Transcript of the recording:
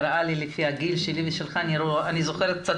נראה לי לפי הגיל שלי ושלך שאני זוכרת קצת